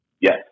Yes